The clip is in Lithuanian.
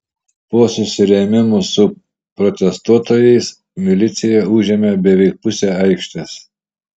po susirėmimų su protestuotojais milicija užėmė beveik pusę aikštės